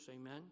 amen